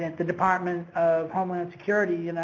and the department of homeland security, you know,